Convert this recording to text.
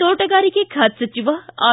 ತೋಟಗಾರಿಕೆ ಬಾತೆ ಸಚಿವ ಆರ್